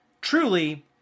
truly